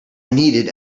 needed